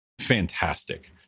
fantastic